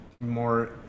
more